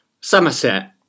Somerset